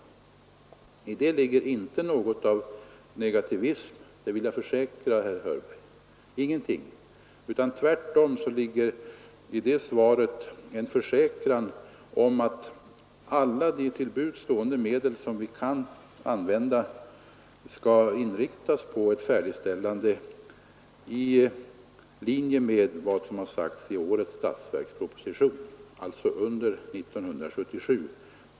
I det svaret ligger inte något av negativism — det vill jag försäkra herr Hörberg — utan tvärtom en försäkran om att alla till buds stående medel skall inriktas på ett färdigställande i linje med vad som har sagts i årets statsverksproposition — alltså under 1977.